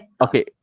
okay